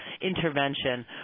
intervention